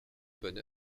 bonne